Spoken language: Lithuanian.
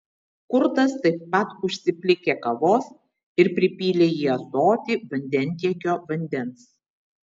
kurtas taip pat užsiplikė kavos ir pripylė į ąsotį vandentiekio vandens